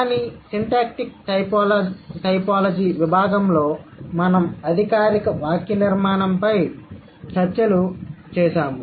కానీ syntactic typology విభాగంలో మేము అధికారిక వాక్యనిర్మాణంపై రెండు చర్చలు చేసాము